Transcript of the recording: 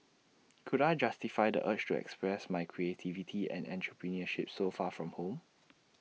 could I justify the urge to express my creativity and entrepreneurship so far from home